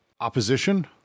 opposition